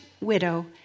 widow